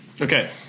Okay